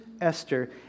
Esther